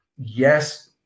yes